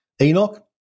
Enoch